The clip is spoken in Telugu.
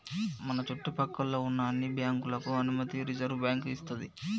మన చుట్టు పక్కల్లో ఉన్న అన్ని బ్యాంకులకు అనుమతి రిజర్వుబ్యాంకు ఇస్తది